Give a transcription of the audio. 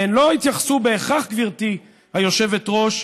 והן לא התייחסו בהכרח, גברתי היושבת-ראש,